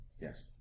Yes